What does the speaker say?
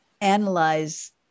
analyze